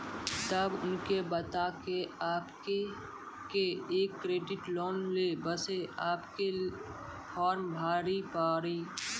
तब उनके बता के आपके के एक क्रेडिट लोन ले बसे आपके के फॉर्म भरी पड़ी?